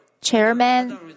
chairman